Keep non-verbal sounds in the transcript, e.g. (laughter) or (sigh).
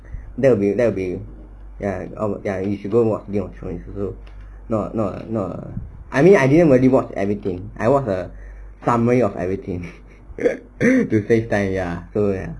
that will be that will be ya you ya you should go watch game of thrones no no no I mean I didn't really watch everything I watch a summary of everything (laughs) to save time ya so ya